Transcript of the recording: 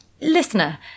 Listener